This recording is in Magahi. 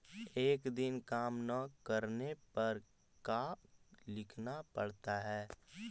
एक दिन काम न करने पर का लिखना पड़ता है?